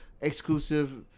exclusive